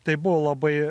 tai buvo labai